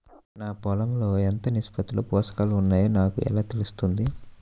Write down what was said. నా పొలం లో ఎంత నిష్పత్తిలో పోషకాలు వున్నాయో నాకు ఎలా తెలుస్తుంది?